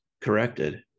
corrected